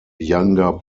younger